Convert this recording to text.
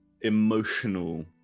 emotional